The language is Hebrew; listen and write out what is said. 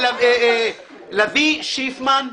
לביא שיפמן,